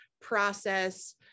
process